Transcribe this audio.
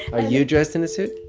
ah you dressed in a suit?